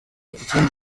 ikindi